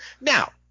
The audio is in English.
now